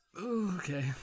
Okay